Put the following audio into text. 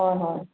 ꯍꯣꯏ ꯍꯣꯏ